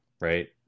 right